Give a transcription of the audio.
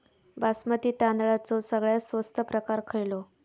बासमती तांदळाचो सगळ्यात स्वस्त प्रकार खयलो?